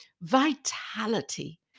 vitality